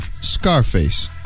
Scarface